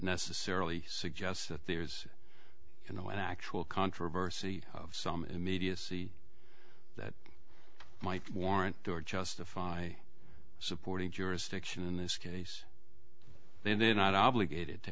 necessarily suggests that there's you know an actual controversy of some immediacy that might warrant or justify supporting jurisdiction in this case they did not obligated to